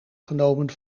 genomen